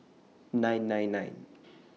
nine nine nine